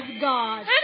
God